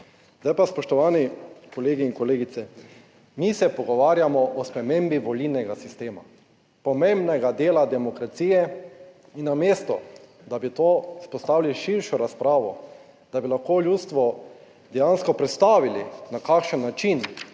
Zdaj pa, spoštovani kolegi in kolegice, mi se pogovarjamo o spremembi volilnega sistema, pomembnega dela demokracije in namesto, da bi to vzpostavili širšo razpravo, da bi lahko ljudstvo dejansko predstavili na kakšen način